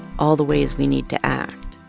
all the ways we need to act.